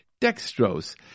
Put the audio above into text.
dextrose